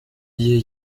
gihe